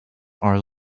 are